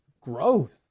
growth